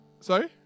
Sorry